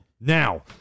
now